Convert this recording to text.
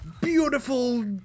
beautiful